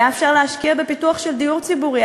היה אפשר להשקיע בפיתוח דיור ציבורי.